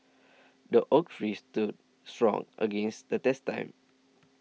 the oak tree stood strong against the test time